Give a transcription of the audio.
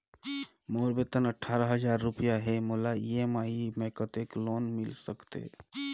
मोर वेतन अट्ठारह हजार रुपिया हे मोला ई.एम.आई मे कतेक लोन मिल सकथे?